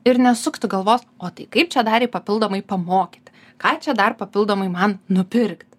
ir nesukti galvos o tai kaip čia dar jį papildomai pamokyti ką čia dar papildomai man nupirkti